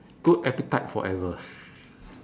good appetite forever